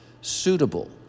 suitable